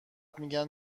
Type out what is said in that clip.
میگن